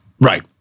Right